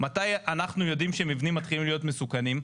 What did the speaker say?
מתי אנחנו יודעים שמבנים מתחילים להיות מסוכנים.